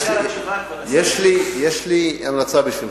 יש לי המלצה בשבילך,